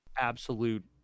absolute